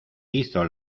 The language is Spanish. hizo